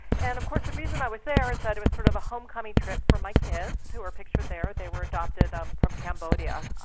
and of course the reason i was there is that it was sort of a homecoming trip for my kids, who are pictured there. they were adopted um from cambodia,